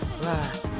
right